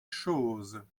choses